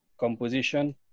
composition